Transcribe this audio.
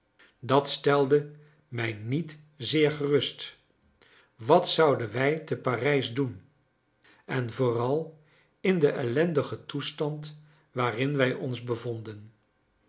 dat stelde mij niet zeer gerust wat zouden wij te parijs doen en vooral in den ellendigen toestand waarin wij ons bevonden